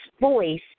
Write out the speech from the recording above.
voice